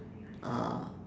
oh